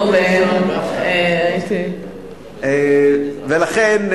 הדברים, ולכן,